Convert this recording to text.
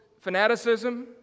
fanaticism